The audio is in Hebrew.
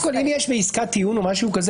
אם יש עסקת טיעון או משהו,